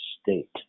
state